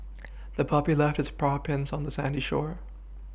the puppy left its paw prints on the sandy shore